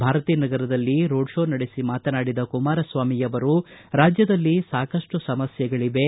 ಭಾರತೀನಗರದಲ್ಲಿ roadshow ನಡೆಸಿ ಮಾತನಾಡಿದ ಕುಮಾರಸ್ವಾಮಿ ಅವರು ರಾಜ್ಯದಲ್ಲಿ ಸಾಕಷ್ಟು ಸಮಸ್ಕೆಗಳಿವೆ